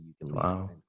Wow